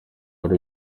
uri